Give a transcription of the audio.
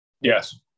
Yes